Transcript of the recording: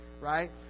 Right